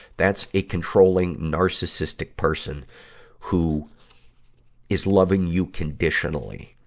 that's a controlling, narcissistic person who is loving you conditionally.